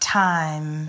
time